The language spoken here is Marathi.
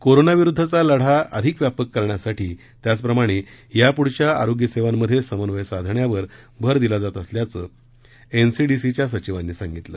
कोरोनाविरूद्दचा लढा अधिक व्यापक करण्यासाठी त्याचप्रमाणे यापूढच्या आरोग्य सेवांमध्ये समन्वय साधण्यावर भर दिला जात असल्याचं एनसीडीसीच्या सचिवांनी सांगितलं